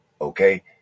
okay